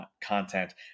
content